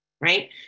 right